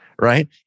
right